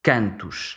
Cantos